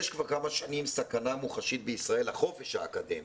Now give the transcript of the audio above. יש כבר כמה שנים סכנה מוחשית בישראל לחופש האקדמי.